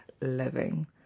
living